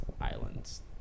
Islands